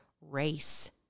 race